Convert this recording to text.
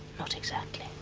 not exactly.